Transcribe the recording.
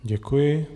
Děkuji.